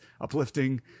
uplifting